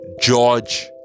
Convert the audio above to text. George